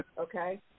okay